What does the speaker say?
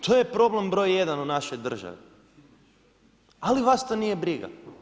To je problem broj 1 u našoj državi, ali vas to nije briga.